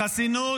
החסינות